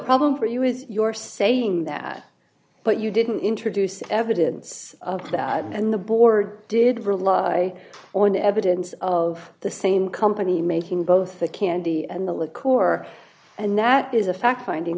problem for you with your saying that but you didn't introduce evidence that and the board did rely on evidence of the same company making both the candy and the core and that is a fact finding